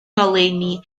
ngoleuni